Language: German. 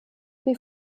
wie